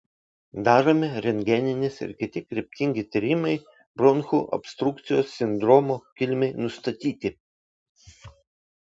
daromi rentgeninis ir kiti kryptingi tyrimai bronchų obstrukcijos sindromo kilmei nustatyti